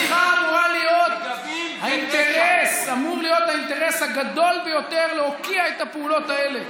לך אמור להיות האינטרס הגדול ביותר להוקיע את הפעולות האלה.